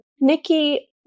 Nikki